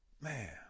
man